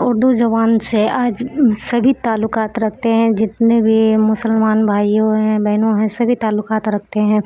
اردو زبان سے آج سبھی تعلقات رکھتے ہیں جتنے بھی مسلمان بھائیوں ہیں بہنوں ہیں سبھی تعلقات رکھتے ہیں